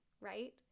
right